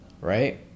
right